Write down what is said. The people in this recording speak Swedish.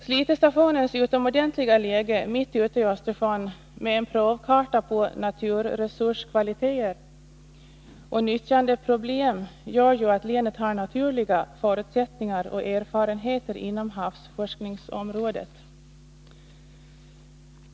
Slitestationens utomordentliga läge mitt ute i Östersjön, med en provkarta på naturresurskvaliteter och nyttjandeproblem, gör att länet har naturliga förutsättningar och erfarenheter inom havsforskningsområdet.